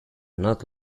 not